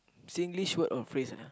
Singlish word or phrase ah